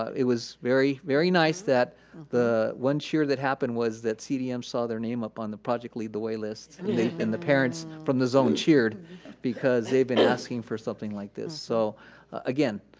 it was very, very nice that the one shear that happened was that cdm saw their name up on the project lead the way list and the parents from the zone cheered because they've been asking for something like this. so again,